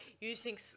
using